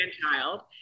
grandchild